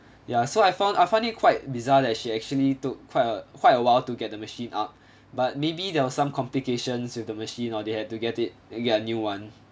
ya so I found I find it quite bizarre that she actually took quite a quite a while to get the machine up but maybe there was some complications with the machine or they had to get it get a new one